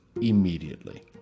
immediately